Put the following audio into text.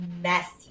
messy